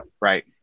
Right